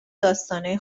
داستانای